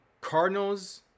Cardinals